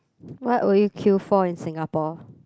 what will you queue for in Singapore